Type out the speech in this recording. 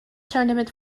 tournament